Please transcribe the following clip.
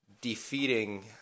defeating